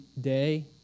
day